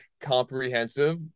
comprehensive